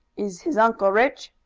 is his uncle rich?